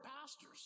pastors